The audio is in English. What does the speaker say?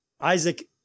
Isaac